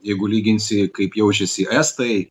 jeigu lyginsi kaip jaučiasi estai